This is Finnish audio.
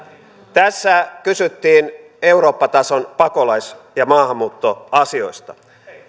tässä kysyttiin eurooppa tason pakolais ja maahanmuuttoasioista